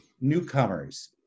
newcomers